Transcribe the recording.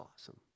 awesome